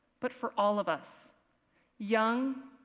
but for all of us young,